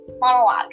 monologue